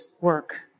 work